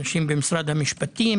אנשים במשרד המשפטים,